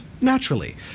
naturally